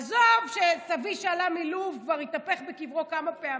עזוב שסבי שעלה מלוב כבר התהפך בקברו כמה פעמים,